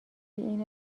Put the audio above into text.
این